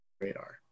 Radar